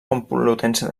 complutense